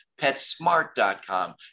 PetSmart.com